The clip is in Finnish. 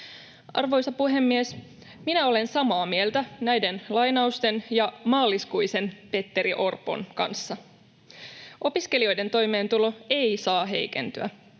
Arvoisa puhemies! Minä olen samaa mieltä näiden lainausten ja maaliskuisen Petteri Orpon kanssa. Opiskelijoiden toimeentulo ei saa heikentyä.